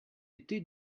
été